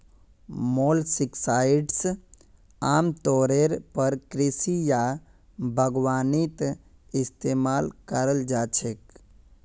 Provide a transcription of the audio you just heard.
molluscicides आमतौरेर पर कृषि या बागवानीत इस्तमाल कराल जा छेक